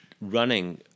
running